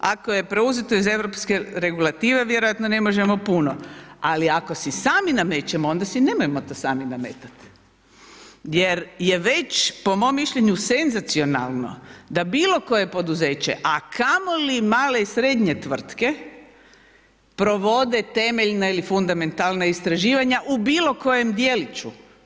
Ako je preuzeto iz europske regulative, vjerojatno ne možemo puno, ali ako si sami namećemo, onda si nemojmo to sami nametati jer je već po mom mišljenju, senzacionalno da bilokoje poduzeće a kamoli male i srednje tvrtke provode temeljna ili fundamentalna istraživanja u bilokojem djeliću.